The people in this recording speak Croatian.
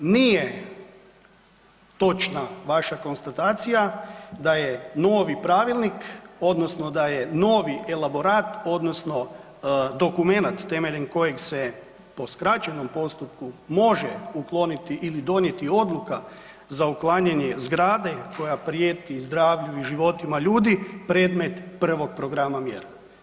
Nije točna vaša konstatacija da je novi pravilnik odnosno da je novi elaborat odnosno dokumenat temeljem kojeg se po skraćenom postupku može ukloniti ili donijeti odluka za uklanjanje zgrade koja prijeti zdravlju i životima ljudi, predmet prvog programa mjera.